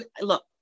Look